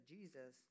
Jesus